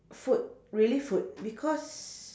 food really food because